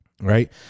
Right